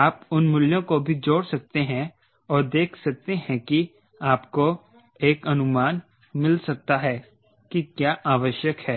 आप उन मूल्यों को भी जोड़ सकते हैं और देख सकते हैं कि आपको एक अनुमान मिल सकता है कि क्या आवश्यक है